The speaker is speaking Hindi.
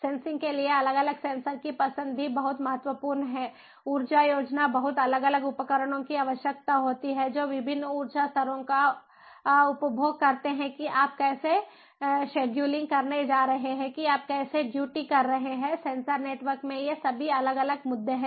सेंसिंग के लिए अलग अलग सेंसर की पसंद भी बहुत महत्वपूर्ण है ऊर्जा योजना बहुत अलग अलग उपकरणों की आवश्यकता होती है जो विभिन्न ऊर्जा स्तरों का उपभोग करते हैं कि आप कैसे शेड्यूलिंग करने जा रहे हैं कि आप कैसे ड्यूटी कर रहे हैं सेंसर नेटवर्क में ये सभी अलग अलग मुद्दे हैं